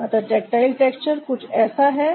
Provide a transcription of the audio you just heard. अतः tactile texture कुछ ऐसा है